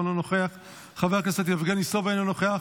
אינו נוכח,